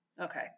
Okay